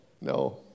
no